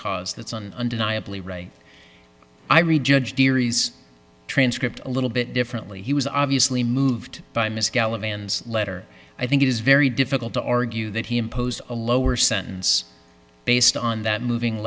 caused that's on undeniably right i read judge theory's transcript a little bit differently he was obviously moved by ms gallop and letter i think it is very difficult to argue that he imposed a lower sentence based on that moving